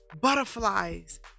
butterflies